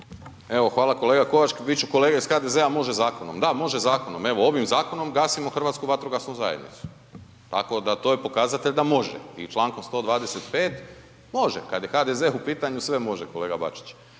Evo hvala kolega Kovač, viču kolege iz HDZ-a može zakonom, da može zakonom, evo ovim zakonom gasimo Hrvatsku vatrogasnu zajednicu, tako da to je pokazatelj da može i čl. 125. može, kad je HDZ u pitanju sve može kolega Bačić,